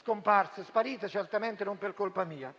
scomparse, sparite, certamente non per colpa mia.